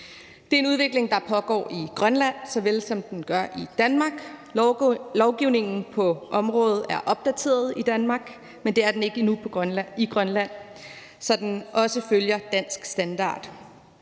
Det er en udvikling, der pågår i Grønland, såvel som den gør det i Danmark. Lovgivningen på området er opdateret i Danmark, men det er den ikke endnu i Grønland, så den også følger dansk standard.